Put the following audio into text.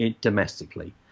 domestically